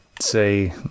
say